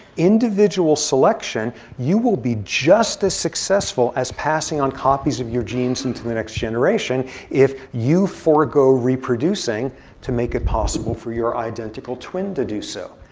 individual selection, you will be just as successful as passing on copies of your genes into the next generation if you forgo reproducing to make it possible for your identical twin to do so.